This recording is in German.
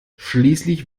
schließlich